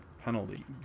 penalty